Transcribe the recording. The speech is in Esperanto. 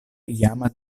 iama